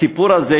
הסיפור הזה,